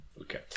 Okay